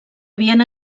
havien